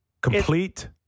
Complete